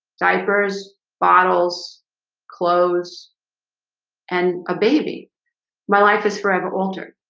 diapers bottles clothes and a baby my life is forever altered.